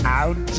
out